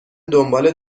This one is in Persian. دنبال